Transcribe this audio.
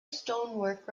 stonework